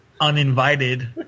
uninvited